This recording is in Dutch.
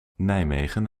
nijmegen